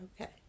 Okay